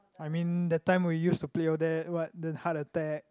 I mean that time we used to play all that what the heart attack